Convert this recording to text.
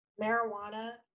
marijuana